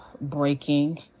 breaking